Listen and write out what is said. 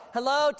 Hello